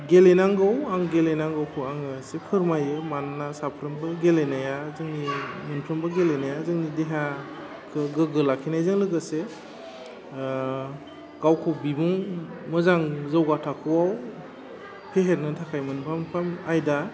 गेलेनांगौ आं गेलेनांगौखौ आङो इसे फोरमायो मानोना साफ्रोमबो गेलेनाया जोंनि मोनफ्रोमबो गेलेनाया जोंनि देहाखौ गोग्गो लाखिनायजों लोगोसे गावखौ बिबुं मोजां जौगा थाखोआव फेहेरनो थाखाय मोनफा मोनफा आयदा